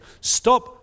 stop